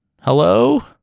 Hello